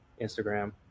Instagram